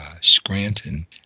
Scranton